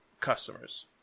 customers